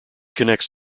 connects